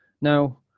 now